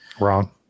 Wrong